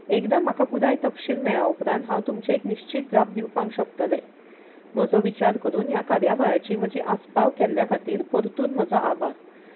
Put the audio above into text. एकदां म्हाका पुराय तपशील मेळ्या उपरांत हांव तुमचें एक निश्चीत जाप दिवपाक शकतलें म्हजो विचार करून ह्या कार्यावायाची म्हजी आस्पाव केल्ल्या खातीर परतून म्हजो आभार